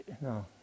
no